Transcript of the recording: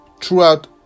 throughout